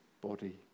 body